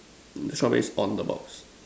mm strawberries on the box